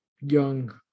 young